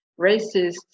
racist